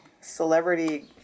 celebrity